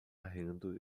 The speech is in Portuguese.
rindo